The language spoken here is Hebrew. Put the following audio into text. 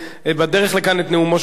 את נאומו של חבר הכנסת חמד עמאר,